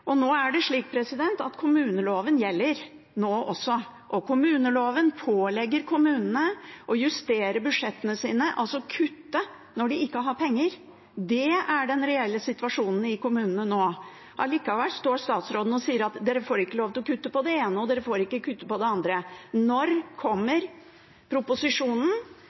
Det er slik at kommuneloven gjelder nå også, og kommuneloven pålegger kommunene å justere budsjettene sine – altså kutte når de ikke har penger. Det er den reelle situasjonen i kommunene nå. Likevel står statsråden og sier at de får ikke lov til å kutte på det ene, og de får ikke kutte på det andre. Når kommer proposisjonen